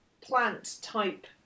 plant-type